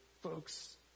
folks